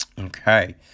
Okay